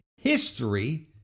history